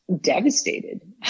devastated